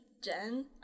Jen